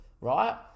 right